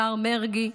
השר מרגי,